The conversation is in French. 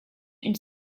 une